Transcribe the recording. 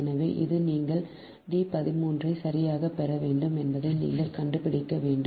எனவே இது நீங்கள் D 13 ஐ சரியாகப் பெற வேண்டும் என்பதை நீங்கள் கண்டுபிடிக்க வேண்டும்